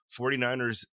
49ers